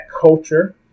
culture